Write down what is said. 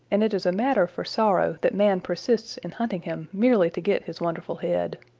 and it is a matter for sorrow that man persists in hunting him merely to get his wonderful head.